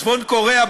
צפון-קוריאה,